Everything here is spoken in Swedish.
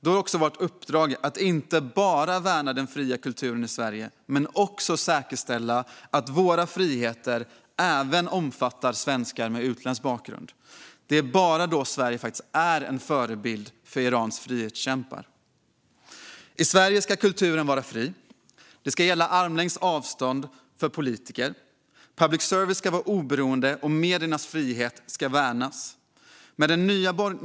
Då är det vårt uppdrag att inte bara värna den fria kulturen i Sverige utan också säkerställa att våra friheter även omfattar svenskar med utländsk bakgrund. Det är bara då Sverige är en förebild för Irans frihetskämpar. I Sverige ska kulturen vara fri. Armlängds avstånd ska gälla för politiker. Public service ska vara oberoende, och mediernas frihet ska värnas.